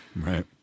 Right